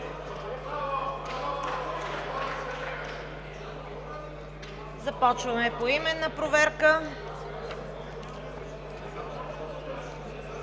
Започваме поименна проверка.